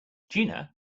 gina